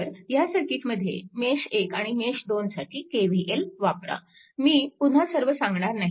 तर ह्या सर्किटमध्ये मेश 1 आणि मेश 2 साठी KVL वापरा मी पुन्हा सर्व सांगणार नाही